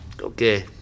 Okay